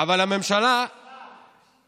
אבל הממשלה, לשעבר, לשעבר.